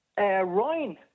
Ryan